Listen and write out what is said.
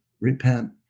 repent